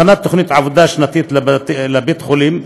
הכנת תוכנית עבודה שנתית לבית החולים,